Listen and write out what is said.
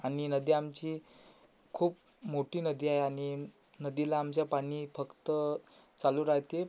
आणि नदी आमची खूप मोठी नदी आहे आणि नदीला आमच्या पाणी फक्त चालू राहते